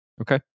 Okay